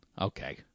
Okay